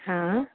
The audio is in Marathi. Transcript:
हां